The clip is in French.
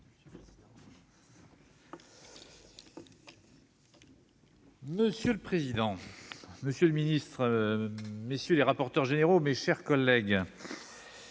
Monsieur le président, monsieur le ministre, messieurs les rapporteurs généraux, mes chers collègues,